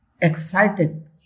excited